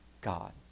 God